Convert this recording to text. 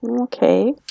Okay